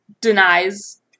denies